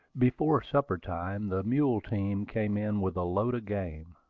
before supper-time, the mule team came in with a load of game.